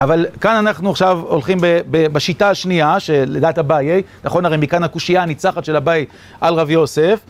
אבל כאן אנחנו עכשיו הולכים בשיטה השנייה שלדעת אביי, נכון הרי מכאן הקושייה הניצחת של אביי על רב יוסף,